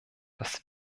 das